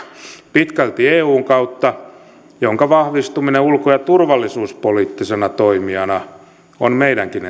pitkälti eun kautta jonka vahvistuminen ulko ja turvallisuuspoliittisena toimijana on meidänkin